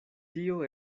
tio